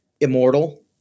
immortal